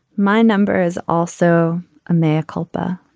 my number is also a mayor culpa.